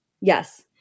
Yes